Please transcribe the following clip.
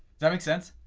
that make sense?